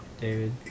David